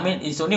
okay